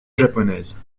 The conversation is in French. japonaise